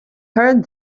heard